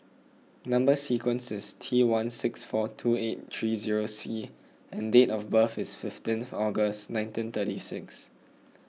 Number Sequence is T one six four two eight three zero C and date of birth is fifteenth August nineteen thirty six